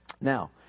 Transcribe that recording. Now